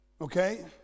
okay